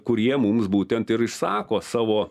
kurie mums būtent ir išsako savo